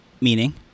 Meaning